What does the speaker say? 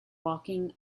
walking